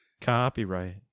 copyright